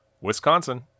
Wisconsin